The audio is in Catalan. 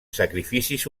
sacrificis